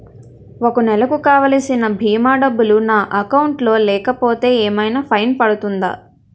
ఒక నెలకు కావాల్సిన భీమా డబ్బులు నా అకౌంట్ లో లేకపోతే ఏమైనా ఫైన్ పడుతుందా?